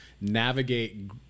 navigate